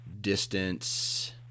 distance